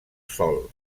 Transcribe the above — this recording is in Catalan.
sòl